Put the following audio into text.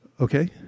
Okay